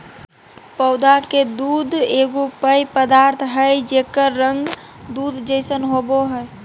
पौधा के दूध एगो पेय पदार्थ हइ जेकर रंग दूध जैसन होबो हइ